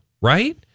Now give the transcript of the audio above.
right